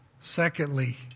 Secondly